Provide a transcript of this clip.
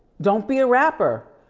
don't be a rapper.